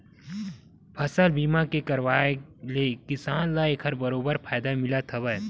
फसल बीमा के करवाय ले किसान ल एखर बरोबर फायदा मिलथ हावय